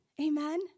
amen